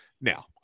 Now